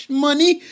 money